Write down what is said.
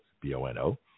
B-O-N-O